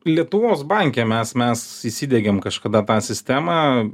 lietuvos banke mes mes įsidiegėm kažkada tą sistemą